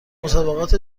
مسابقات